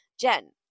Jen